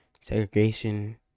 segregation